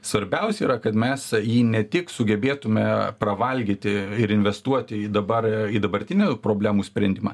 svarbiausia yra kad mes jį ne tik sugebėtume pravalgyti ir investuoti į dabar dabartinių problemų sprendimą